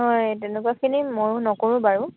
হয় তেনেকুৱাখিনি ময়ো নকৰোঁ বাৰু